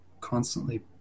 constantly